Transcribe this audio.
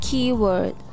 Keyword